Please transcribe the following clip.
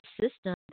system